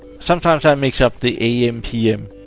sometimes i mix up the am pm.